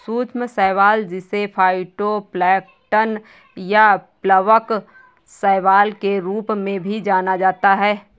सूक्ष्म शैवाल जिसे फाइटोप्लैंक्टन या प्लवक शैवाल के रूप में भी जाना जाता है